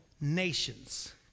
nations